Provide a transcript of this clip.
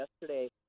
yesterday